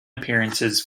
appearances